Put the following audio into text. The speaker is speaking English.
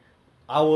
mm